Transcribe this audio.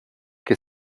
que